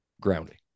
grounding